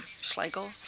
Schlegel